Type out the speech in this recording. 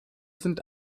sind